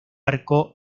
arco